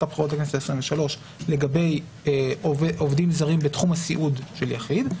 הבחירות לכנסת העשרים-ושלוש לגבי עובדים זרים בתחום הסיעוד של יחיד,